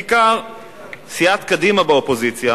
בעיקר סיעת קדימה באופוזיציה